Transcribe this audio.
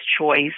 choice